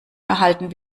erhalten